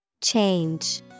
Change